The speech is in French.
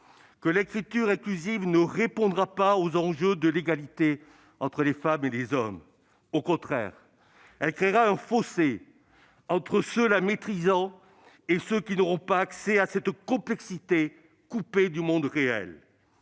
que l'écriture inclusive ne répondra pas aux enjeux de l'égalité entre les femmes et les hommes. Au contraire, elle créera un fossé entre ceux qui la maîtrisent et ceux qui n'auront pas accès à cette complexité coupée du monde réel.